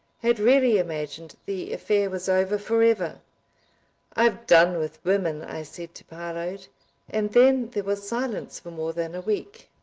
had really imagined the affair was over forever i've done with women, i said to parload and then there was silence for more than a week.